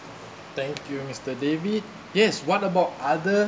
thank you mister david yes what about other